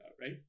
right